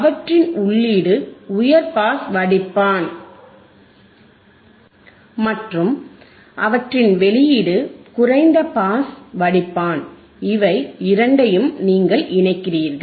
அவற்றின் உள்ளீடு உயர் பாஸ் வடிப்பான்மற்றும் அவற்றின் வெளியீடு குறைந்த பாஸ் வடிப்பான் இவை இரண்டையும் நீங்கள் இணைக்கிறீர்கள்